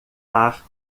mar